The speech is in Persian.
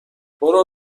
برو